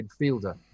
midfielder